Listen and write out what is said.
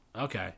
Okay